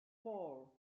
four